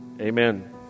amen